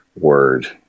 word